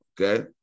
Okay